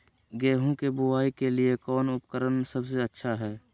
गेहूं के बुआई के लिए कौन उपकरण सबसे अच्छा है?